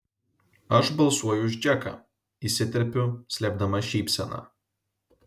aš balsuoju už džeką įsiterpiu slėpdama šypseną